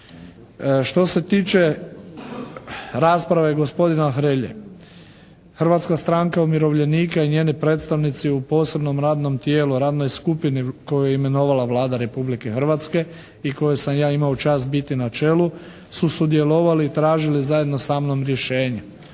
Što se tiče rasprave gospodina Hrelje Hrvatska stranka umirovljenika i njeni predstavnici u posebnom radnom tijelu, radnoj skupini koju je imenovala Vlada Republike Hrvatske i kojoj sam ja imao čast biti na čelu su sudjelovali i tražili zajedno sa mnom rješenje.